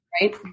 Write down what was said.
right